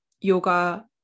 yoga